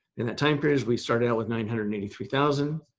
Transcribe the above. in that time period is we start out with nine hundred and eighty three thousand.